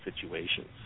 situations